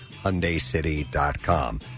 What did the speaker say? HyundaiCity.com